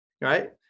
right